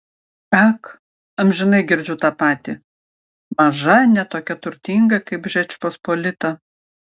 ak amžinai girdžiu tą patį maža ne tokia turtinga kaip žečpospolita